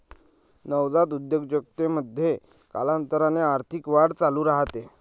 नवजात उद्योजकतेमध्ये, कालांतराने आर्थिक वाढ चालू राहते